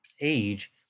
age